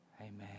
amen